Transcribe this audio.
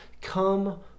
come